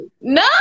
No